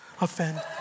Offend